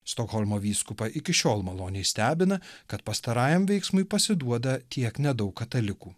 stokholmo vyskupą iki šiol maloniai stebina kad pastarajam veiksmui pasiduoda tiek nedaug katalikų